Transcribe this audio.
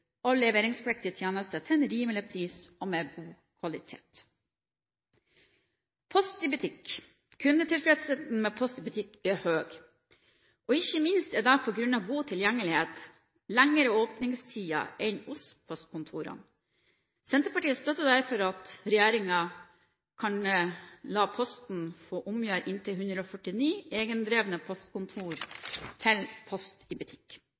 av leveringspliktige tjenester til en rimelig pris, og med god kvalitet. Når det gjelder Post i Butikk, er kundetilfredsheten høy, ikke minst på grunn av god tilgjengelighet og lengre åpningstider enn hos postkontorene. Senterpartiet støtter derfor at regjeringen kan la Posten få omgjøre inntil 149 egendrevne postkontor til Post i Butikk.